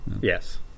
Yes